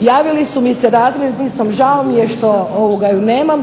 Javili su mi se razglednicom, žao mi je što ju nemam,